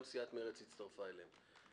גם סיעת מרצ הצטרפה אליהן.